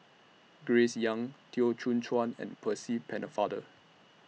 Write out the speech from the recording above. Grace Young Teo Soon Chuan and Percy Pennefather